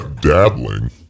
dabbling